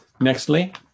Nextly